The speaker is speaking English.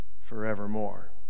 forevermore